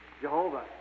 Jehovah